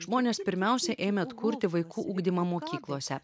žmonės pirmiausia ėmė atkurti vaikų ugdymą mokyklose